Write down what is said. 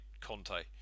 Conte